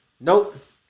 Nope